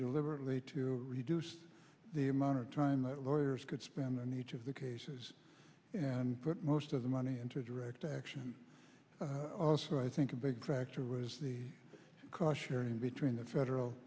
deliberately to reduce the amount of time that lawyers could spend on each of the cases and put most of the money into direct action also i think a big factor was the car sharing between the federal